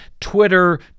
Twitter